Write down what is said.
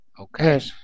Okay